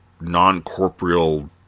non-corporeal